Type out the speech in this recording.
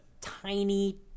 tiny